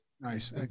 Nice